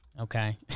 Okay